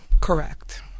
Correct